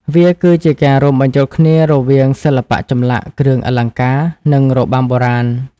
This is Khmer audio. វាគឺជាការរួមបញ្ចូលគ្នារវាងសិល្បៈចម្លាក់ គ្រឿងអលង្ការ និងរបាំបុរាណ។